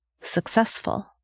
successful